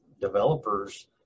developers